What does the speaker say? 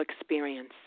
experience